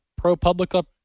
ProPublica